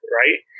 right